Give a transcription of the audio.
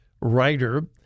writer